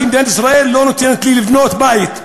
כי מדינת ישראל לא נותנת לי לבנות בית.